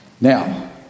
Now